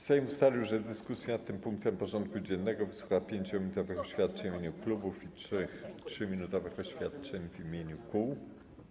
Sejm ustalił, że w dyskusji nad tym punktem porządku dziennego wysłucha 5-minutowych oświadczeń w imieniu klubów i 3-minutowych oświadczeń w imieniu kół.